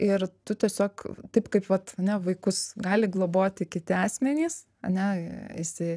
ir tu tiesiog taip kaip vat a ne vaikus gali globoti kiti asmenys a ne esi